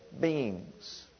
beings